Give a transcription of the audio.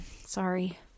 Sorry